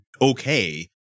okay